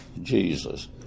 Jesus